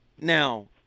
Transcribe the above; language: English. Now